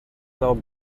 now